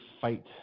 fight